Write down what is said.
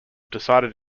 decided